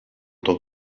tant